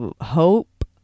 hope